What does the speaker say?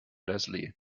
leslie